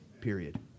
period